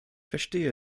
verstehe